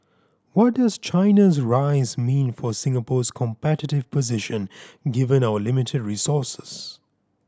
what does China's rise mean for Singapore's competitive position given our limited resources